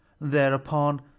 Thereupon